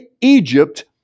Egypt